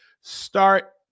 Start